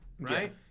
Right